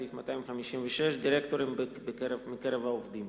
סעיף 256 (דירקטורים מקרב העובדים).